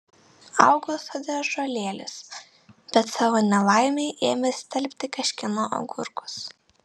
augo sode ąžuolėlis bet savo nelaimei ėmė stelbti kažkieno agurkus